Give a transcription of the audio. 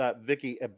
Vicky